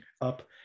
up